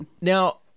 now